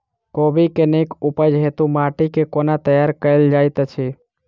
कोबी केँ नीक उपज हेतु माटि केँ कोना तैयार कएल जाइत अछि?